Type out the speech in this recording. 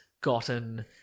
gotten